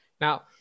Now